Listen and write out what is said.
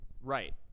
Right